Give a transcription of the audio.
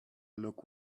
look